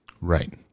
Right